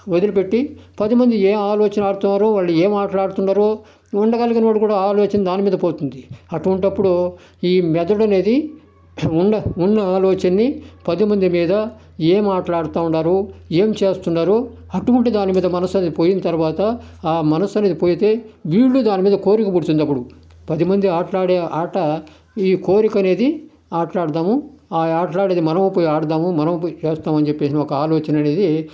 వదిలిపెట్టి పదిమంది ఏ ఆలోచన ఆడుతున్నారో వాళ్ళు ఏ ఆటలు ఆడుతున్నారో ఉండగలిగిన వాడు కూడా ఆలోచన దానిమీద పోతుంది అటువంటి అప్పుడు ఈ మెదడు అనేది ఉన్న ఉన్న ఆలోచననీ పదిమంది మీద ఏమి ఆటలాడుతున్నారు ఏమి చేస్తున్నారు అటువంటి దానిమీద మనసు అనేది పోయిన తర్వాత ఆ మనసు అనేది పోతే వీళ్లు దాని మీద కోరిక పుడుతుంది అప్పుడు పదిమంది ఆటలు ఆడే ఆట ఈ కోరిక అనేది ఆటలాడదాము ఆ ఆటలు అనేది మనము పోయి ఆడుదాము మనము పోయి చేస్తాం అని చెప్పి ఒక ఆలోచన అనేది